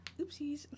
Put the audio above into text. Oopsies